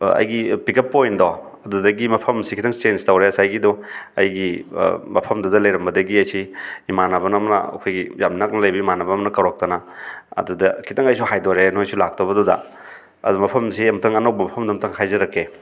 ꯑꯩꯒꯤ pick up ꯄꯣꯏꯟꯗꯣ ꯑꯗꯨꯗꯒꯤ ꯃꯐꯝꯁꯤ ꯈꯤꯇꯪ ꯆꯦꯟꯖ ꯇꯧꯔꯦ ꯉꯁꯥꯏꯒꯤꯗꯣ ꯑꯩꯒꯤ ꯃꯐꯝꯗꯨꯗ ꯂꯩꯔꯝꯕꯗꯒꯤ ꯑꯩꯁꯤ ꯏꯃꯥꯟꯅꯕꯅ ꯑꯃ ꯑꯩꯈꯣꯏꯒꯤ ꯌꯥꯝ ꯅꯛꯅ ꯂꯩꯕ ꯏꯃꯥꯟꯅꯕ ꯑꯃꯅ ꯀꯧꯔꯛꯇꯅ ꯑꯗꯨꯗ ꯈꯤꯇꯪ ꯑꯩꯁꯨ ꯍꯥꯏꯗꯣꯔꯛꯑꯦ ꯅꯣꯏꯁꯨ ꯂꯥꯛꯇꯕꯗꯨꯗ ꯑꯗꯣ ꯃꯐꯝꯁꯤ ꯑꯝꯇꯪ ꯑꯅꯧꯕ ꯃꯐꯝꯗꯨ ꯑꯝꯇꯪ ꯍꯥꯏꯖꯔꯛꯀꯦ